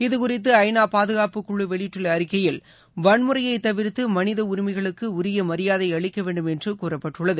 இது குறித்து ஜநா பாதுகாப்புக்குழு வெளியிட்டுள்ள அறிக்கையில் வன்முறையை தவிர்த்து மனித உரிமைகளுக்கு உரிய மரியாதை அளிக்க வேண்டும் என்று கூறப்பட்டுள்ளது